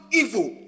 evil